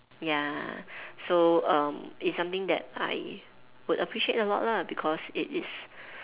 ya so um it's something that I would appreciate a lot lah because it is